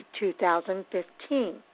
2015